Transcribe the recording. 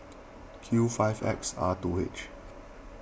Q five X R two H